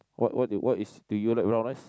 what what you what is do you like brown rice